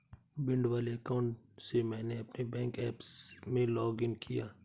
भिंड वाले अकाउंट से मैंने अपने बैंक ऐप में लॉग इन किया